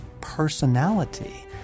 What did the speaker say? personality